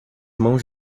mãos